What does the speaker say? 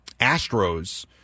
Astros